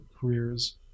careers